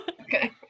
Okay